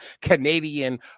Canadian